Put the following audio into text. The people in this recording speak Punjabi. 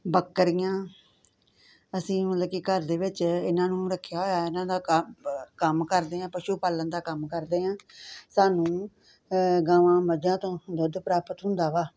ਬੱਕਰੀਆਂ ਅਸੀਂ ਮਤਲਬ ਕਿ ਘਰ ਵਿੱਚ ਇਨ੍ਹਾਂ ਨੂੰ ਰੱਖਿਆ ਹੋਇਆ ਇਨ੍ਹਾਂ ਦਾ ਕੰਮ ਕੰਮ ਕਰਦੇ ਹਾਂ ਪਸ਼ੂ ਪਾਲਣ ਦਾ ਕੰਮ ਕਰਦੇ ਹਾਂ ਸਾਨੂੰ ਗਾਵਾਂ ਮੱਝਾਂ ਤੋਂ ਦੁੱਧ ਪ੍ਰਾਪਤ ਹੁੰਦਾ ਵਾ